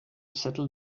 settle